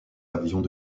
avions